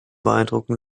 beeindrucken